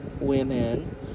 women